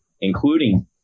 including